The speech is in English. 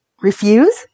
refuse